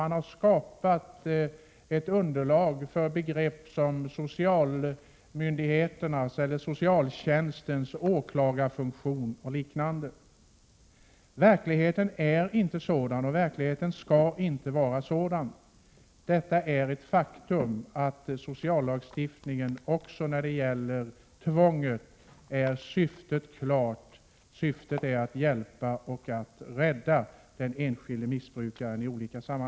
Det har skapats underlag för begrepp som socialmyndigheternas eller socialtjänstens åklagarfunktion och liknande. Verkligheten är inte sådan, och verkligheten skall inte vara sådan. Faktum är att sociallagstiftningens syfte när det gäller tvånget är klart — syftet är att hjälpa och att rädda den enskilda missbrukaren.